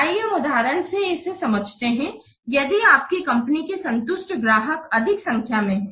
आइए हम उदाहरण से इसे समझते है यदि आपकी कंपनी के संतुष्ट ग्राहक अधिक संख्या में है